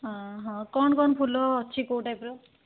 ହଁ ହଁ କ'ଣ କ'ଣ ଫୁଲ ଅଛି କେଉଁ ଟାଇପ୍ର